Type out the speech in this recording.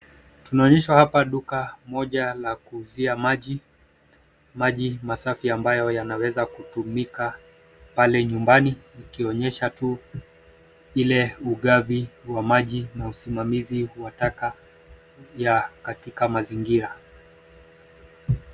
Tunaonyeshwa hapa duka moja la kuuzia maji. Maji masafi ambayo yanaweza kutumika pale nyumbani. Ikionyesha tu ile ugavi wa maji na usimamizi wa taka ya katika mazingira.